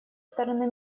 стороны